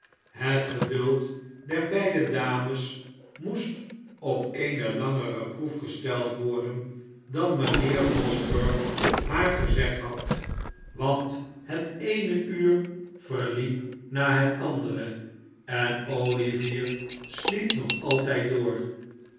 het geduld der beide dames moest op eene langere proef gesteld worden dan mijnheer losberne haar gezegd had want het eene uur verliep na het andere en olivier sliep nog altijd door